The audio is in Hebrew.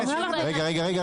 רגע,